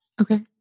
okay